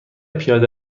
پیاده